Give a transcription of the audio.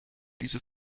diese